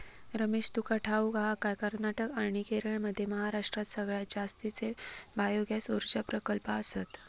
रमेश, तुका ठाऊक हा काय, कर्नाटक आणि केरळमध्ये महाराष्ट्रात सगळ्यात जास्तीचे बायोगॅस ऊर्जा प्रकल्प आसत